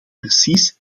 precies